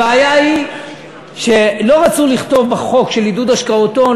הבעיה היא שלא רצו לכתוב בחוק של עידוד השקעות הון,